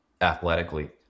athletically